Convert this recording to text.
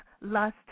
lust